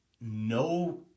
no